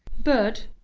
bird,